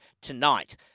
tonight